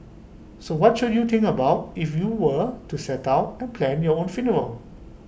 so what should you think about if you were to set out and plan your own funeral